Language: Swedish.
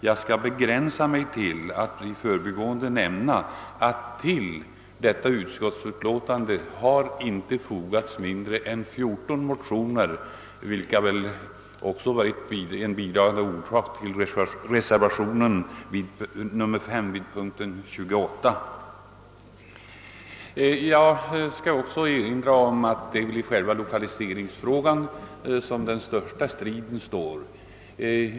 Jag skall här begränsa mig till att i förbigående nämna att inte mindre än 14 motioner blivit föremål för behandling av utskottet i den här speciella frågan, vilket också varit en bidragande orsak till reservationen 5 vid punkten 28. Jag skall också erinra om att det är om lokaliseringen som den stora striden står.